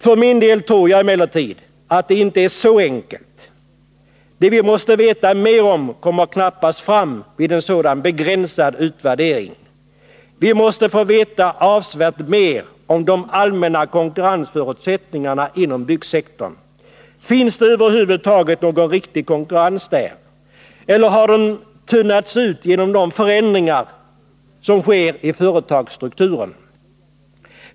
För min del tror jag emellertid att det inte är så enkelt. Det vi måste veta mer om kommer knappast fram vid en sådan begränsad utvärdering. Vi måste få veta avsevärt mer om de allmänna konkurrensförutsättningarna inom byggsektorn. Finns det över huvud taget någon riktig konkurrens där, eller har den tunnats ut genom förändringar i företagsstrukturen?